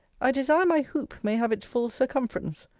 i desire my hoop may have its full circumference.